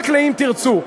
רק ל"אם תרצו"?